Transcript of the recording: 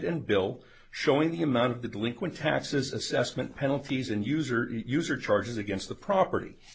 and bill showing the amount of the delinquent taxes assessment penalties and user user charges against the property